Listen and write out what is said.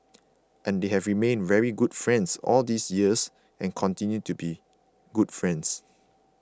and they have remained very good friends all these years and continue to be good friends